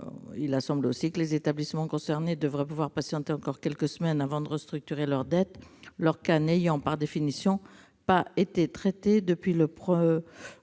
de cause. Les établissements concernés devraient pouvoir patienter encore quelques semaines avant de restructurer leur dette, leur cas n'ayant, par définition, pas été traité depuis le